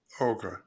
Okay